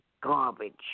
garbage